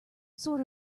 sort